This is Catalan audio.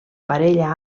parella